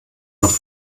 noch